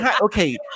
okay